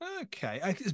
Okay